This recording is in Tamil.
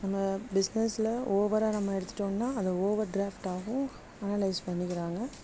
நம்ம பிஸ்னஸில் ஓவராக நம்ம எடுத்துகிட்டோன்னா அது ஓவர் ட்ராஃப்ட் ஆகும் அனலைஸ் பண்ணிக்கிறாங்க